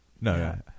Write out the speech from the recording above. no